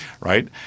right